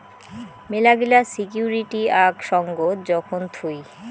মেলাগিলা সিকুইরিটি আক সঙ্গত যখন থুই